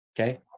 okay